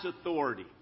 authority